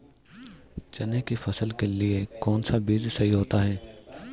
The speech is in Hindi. चने की फसल के लिए कौनसा बीज सही होता है?